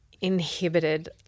inhibited